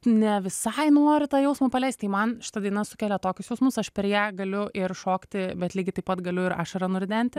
ne visai nori tą jausmą paleist tai man šita daina sukelia tokius jausmus aš per ją galiu ir šokti bet lygiai taip pat galiu ir ašarą nuridenti